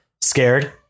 scared